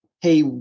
hey